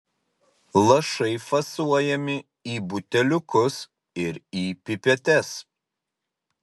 lašai fasuojami į buteliukus ir į pipetes